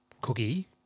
Cookie